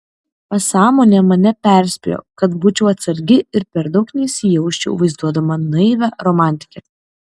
pasąmonė mane perspėjo kad būčiau atsargi ir per daug neįsijausčiau vaizduodama naivią romantikę